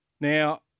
Now